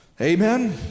Amen